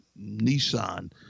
Nissan